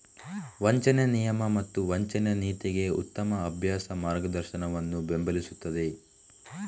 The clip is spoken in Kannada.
ವಂಚನೆ ನಿಯಮ ಮತ್ತು ವಂಚನೆ ನೀತಿಗೆ ಉತ್ತಮ ಅಭ್ಯಾಸ ಮಾರ್ಗದರ್ಶನವನ್ನು ಬೆಂಬಲಿಸುತ್ತದೆ